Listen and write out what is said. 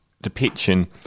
depiction